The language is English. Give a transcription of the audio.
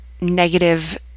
negative